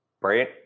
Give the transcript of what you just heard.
Right